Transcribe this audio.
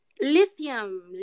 Lithium